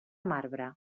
marbre